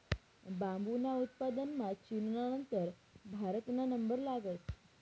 बांबूना उत्पादनमा चीनना नंतर भारतना नंबर लागस